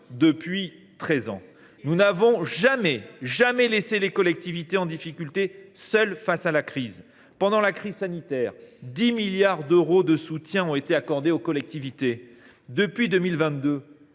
depuis treize ans ! Nous n’avons jamais laissé les collectivités en difficulté seules face aux crises. Pendant la crise sanitaire, 10 milliards d’euros de soutien ont été accordés aux collectivités. Et